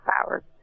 hours